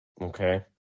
Okay